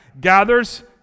gathers